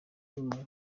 imyuka